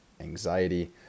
anxiety